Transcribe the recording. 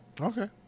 Okay